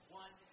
one